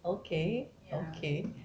okay okay